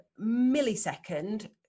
millisecond